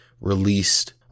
released